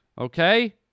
Okay